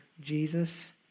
Jesus